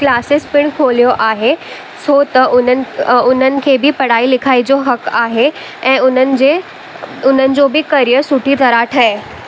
classes पिणु खोलियो आहे सो त उन्हनि उन्हनि खे बि पढ़ाई लिखाई जो हकु आहे ऐं उन्हनि जे उन्हनि जो बि करियर सुठी तरह ठहे